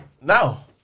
Now